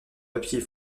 papier